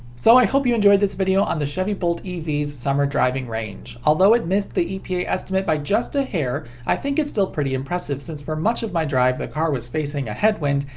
so i hope you enjoyed this video on the chevy bolt ev's summer driving range. although it missed the epa estimate by just a hair, i think it's still pretty impressive since for much of my drive the car was facing a headwind,